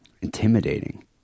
Intimidating